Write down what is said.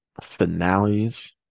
finales